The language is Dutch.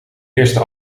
eerste